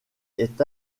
est